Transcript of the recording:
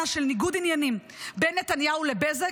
של ניגוד עניינים בין נתניהו לבזק,